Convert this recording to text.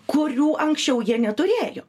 kurių anksčiau jie neturėjo